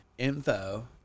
info